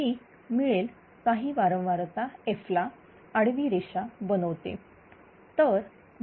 ही काही वारंवारता F ला आडवी रेषा बनवते